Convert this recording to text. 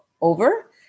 over